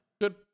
good